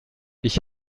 ich